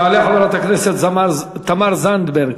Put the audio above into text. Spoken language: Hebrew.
תעלה חברת הכנסת תמר זנדברג,